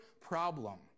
problem